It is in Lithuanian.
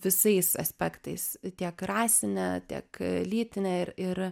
visais aspektais tiek rasine tiek lytine ir ir